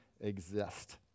exist